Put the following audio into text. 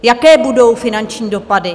Jaké budou finanční dopady?